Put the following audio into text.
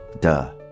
Duh